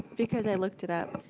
because i looked it up.